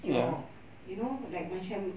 your you know like macam